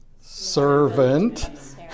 servant